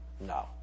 No